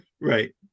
Right